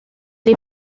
est